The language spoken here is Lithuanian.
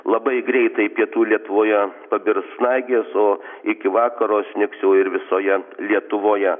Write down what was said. labai greitai pietų lietuvoje pabirs snaigės o iki vakaro snigs jau ir visoje lietuvoje